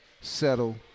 settle